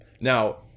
Now